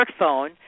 smartphone